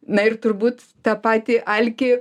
na ir turbūt tą patį alkį